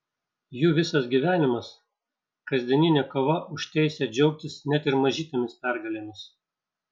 jų visas gyvenimas kasdieninė kova už teisę džiaugtis net ir mažytėmis pergalėmis